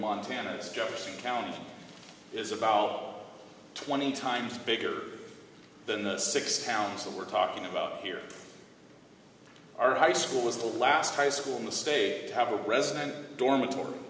montana's jefferson county is about twenty times bigger than the six counties that we're talking about here our high school is the last high school in the state to have a resident dormitory